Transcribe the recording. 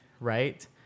right